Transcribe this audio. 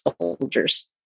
soldiers